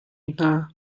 hna